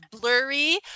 blurry